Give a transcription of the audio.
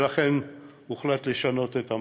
ולכן הוחלט לשנות את המצב.